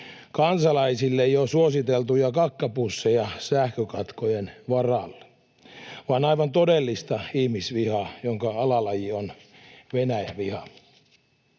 kansalaisille jo suositeltuja kakkapusseja sähkökatkojen varalle vaan aivan todellista ihmisvihaa, jonka alalaji on Venäjä-viha.